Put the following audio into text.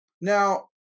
now